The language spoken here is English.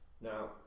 now